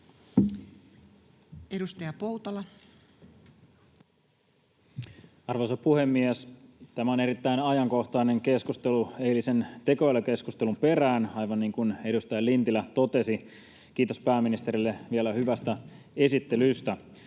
14:17 Content: Arvoisa puhemies! Tämä on erittäin ajankohtainen keskustelu eilisen tekoälykeskustelun perään, aivan niin kuin edustaja Lintilä totesi. Kiitos pääministerille vielä hyvästä esittelystä.